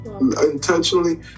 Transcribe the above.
Intentionally